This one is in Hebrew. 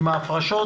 עם ההפרשות